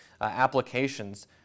applications